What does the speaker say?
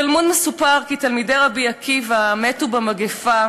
בתלמוד מסופר כי תלמידי רבי עקיבא מתו במגפה